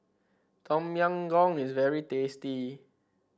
Tom Yam Goong is very tasty